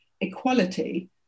equality